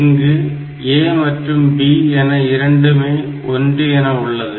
இங்கு A மற்றும் B என இரண்டுமே 1 என உள்ளது